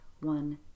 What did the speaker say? one